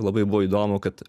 labai buvo įdomu kad